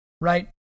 right